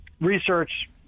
research